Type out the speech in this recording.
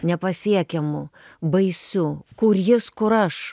nepasiekiamu baisiu kur jis kur aš